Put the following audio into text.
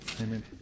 Amen